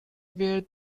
wear